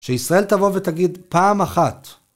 שישראל תבוא ותגיד פעם אחת.